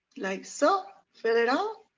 like so. fill it up.